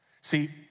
See